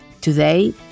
Today